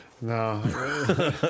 no